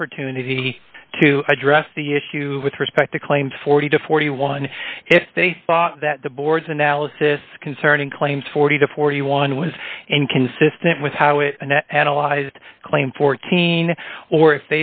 opportunity to address the issue with respect to claims forty to forty one if they thought that the board's analysis concerning claims forty to forty one was inconsistent with how it and analyzed claim fourteen or